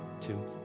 two